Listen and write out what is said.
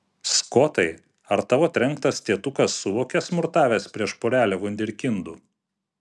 skotai ar tavo trenktas tėtukas suvokė smurtavęs prieš porelę vunderkindų